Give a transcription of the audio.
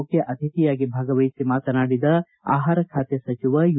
ಮುಖ್ಯ ಅತಿಥಿಯಾಗಿ ಭಾಗವಹಿಸಿ ಮಾತನಾಡಿದ ಆಹಾರ ಖಾತೆ ಸಚಿವ ಯು